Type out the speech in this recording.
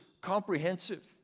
comprehensive